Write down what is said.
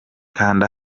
kanda